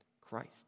Christ